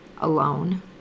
alone